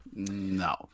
no